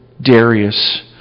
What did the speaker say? Darius